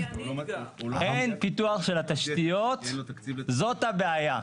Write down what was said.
אין פיתוח של התשתיות, זו הבעיה.